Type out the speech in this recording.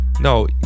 No